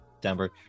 Denver